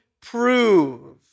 prove